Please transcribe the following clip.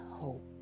hope